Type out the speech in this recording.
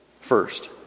first